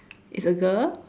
it's a girl